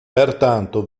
pertanto